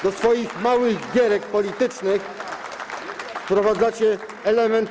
Do swoich małych gierek politycznych wprowadzacie element.